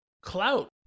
Clout